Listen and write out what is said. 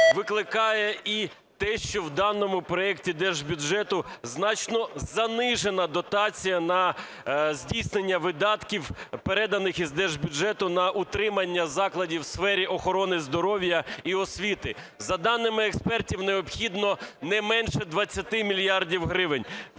викликає і те, що в даному проекті держбюджету значно занижена дотація на здійснення видатків, переданих із держбюджету на утримання закладів у сфері охорони здоров'я і освіти. За даними експертів, необхідно не менше 20 мільярдів гривень